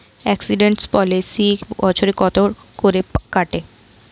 Accident policy বছরে কত করে কাটে?